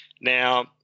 Now